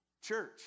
Church